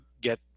get